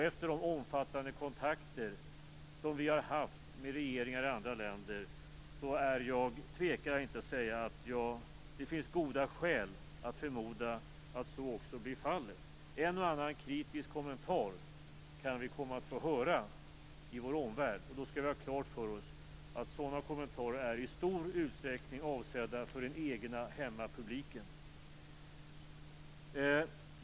Efter de omfattande kontakter som vi har haft med regeringarna i andra länder tvekar jag inte att säga att det finns goda skäl att förmoda att så också blir fallet. En och annan kritisk kommentar kan vi komma att få höra i vår omvärld. Då skall vi har klart för oss att sådana kommentarer i stor utsträckning är avsedda för den egna hemmapubliken.